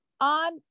on